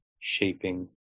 shaping